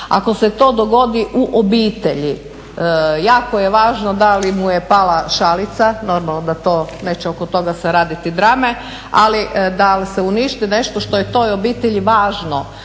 Ako se to dogodi u obitelji jako je važno da li mu je pala šalica, normalno da to neće oko toga se raditi drame, ali da se uništi nešto što je toj obitelji važno.